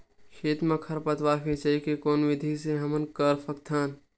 खेत म खरपतवार सिंचाई के कोन विधि से कम कर सकथन?